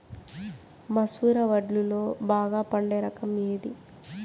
మసూర వడ్లులో బాగా పండే రకం ఏది?